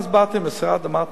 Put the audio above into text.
ואז באתי למשרד ואמרתי: